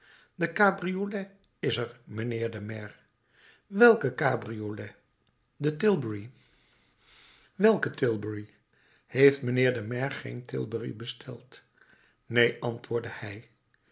de cabriolet is er mijnheer de maire welke cabriolet de tilbury welke tilbury heeft mijnheer de maire geen tilbury besteld neen antwoordde hij